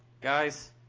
guys